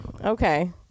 okay